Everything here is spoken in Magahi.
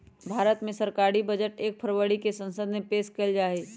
भारत मे सरकारी बजट एक फरवरी के संसद मे पेश कइल जाहई